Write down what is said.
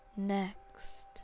Next